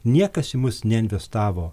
niekas į mus neinvestavo